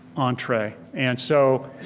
entree. and so